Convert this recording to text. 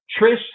Trish